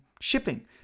shipping